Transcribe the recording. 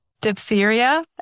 diphtheria